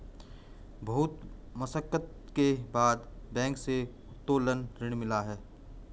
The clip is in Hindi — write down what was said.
बहुत मशक्कत के बाद बैंक से उत्तोलन ऋण मिला है